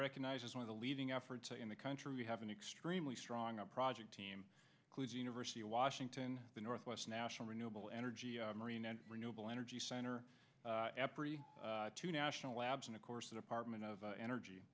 recognized as one of the leading efforts to in the country we have an extremely strong a project team whose university of washington the northwest national renewable energy marine and renewable energy center every two national labs and of course the department of energy